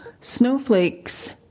snowflakes